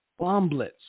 bomblets